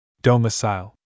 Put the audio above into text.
Domicile